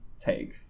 take